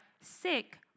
sick